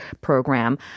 Program